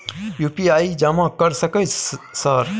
UPI जमा कर सके सर?